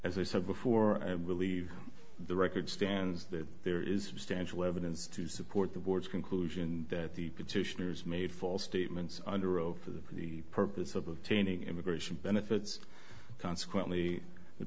as i said before i believe the record stands that there is stange leavens to support the board's conclusion that the petitioners made false statements under oath for the purpose of obtaining immigration benefits consequently the